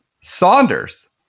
Saunders